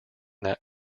that